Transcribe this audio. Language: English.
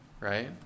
right